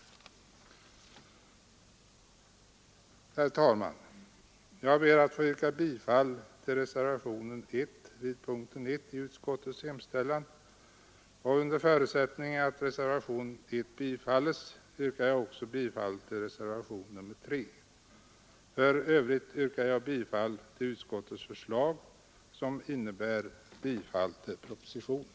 Herr talman! Jag ber att få yrka bifall till reservationen 1 vid punkten 1 i utskottets hemställan. Under förutsättning att denna reservation bifalles yrkar jag också bifall till reservationen 3. I övrigt yrkar jag bifall till utskottets förslag, som innebär bifall till propositionen.